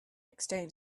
exchanged